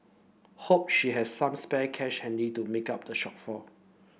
hope she has some spare cash handy to make up the shortfall